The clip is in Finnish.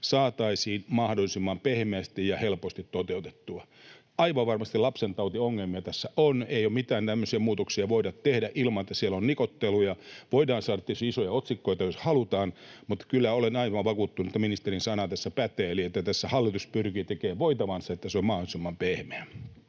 saataisiin mahdollisimman pehmeästi ja helposti toteutettua. Aivan varmasti lapsentautiongelmia tässä on. Ei mitään tämmöisiä muutoksia voida tehdä ilman, että siellä on nikotteluja. Voidaan saada tietysti isoja otsikoita, jos halutaan, mutta kyllä olen aivan vakuuttunut, että ministerin sana tässä pätee eli että tässä hallitus pyrkii tekemään voitavansa, että se on mahdollisimman pehmeä.